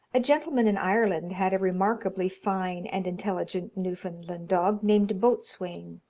a gentleman in ireland had a remarkably fine and intelligent newfoundland dog, named boatswain,